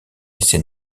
essai